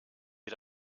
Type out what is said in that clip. wir